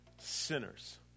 sinners